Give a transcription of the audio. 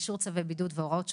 אישור צווי בידוד והוראות שונות.